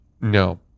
No